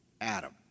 Adam